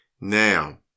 now